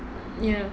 ya